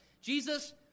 Jesus